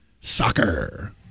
Soccer